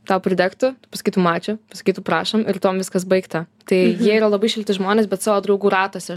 tau pridegtų tu pasakytum ačiū pasakytų prašom ir tuom viskas baigta tai yra labai šilti žmonės bet savo draugų ratuose